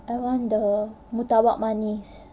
I want the murtabak manis